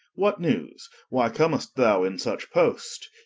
what newes? why comm'st thou in such poste?